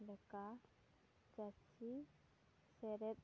ᱪᱮᱫ ᱞᱮᱠᱟ ᱪᱟᱹᱪᱤ ᱥᱮᱨᱮᱫ